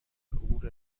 العبور